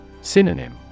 Synonym